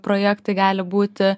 projektai gali būti